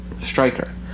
striker